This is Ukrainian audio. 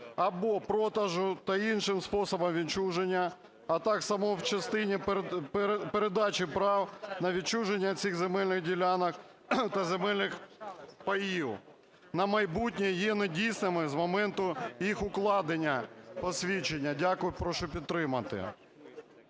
(або) продажу та іншим способом відчуження, а так само в частині передачі прав на відчуження цих земельних ділянок та земельних паїв на майбутнє є недійсними з моменту їх укладення (посвідчення)". Дякую. Прошу підтримати.